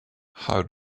how